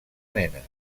nenes